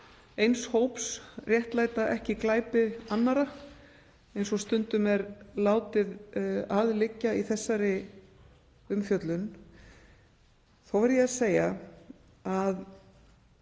eins hóps réttlæta ekki glæpi annarra eins og stundum er látið að liggja í þessari umfjöllun. Þó verð ég að segja að